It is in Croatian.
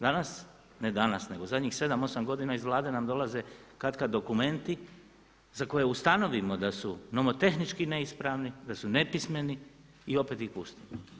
Danas, ne danas, nego zadnjih sedam, osam godina iz Vlade nam dolaze katkad dokumenti za koje ustanovimo da su nomotehnički neispravni, da su nepismeni i opet ih puštamo.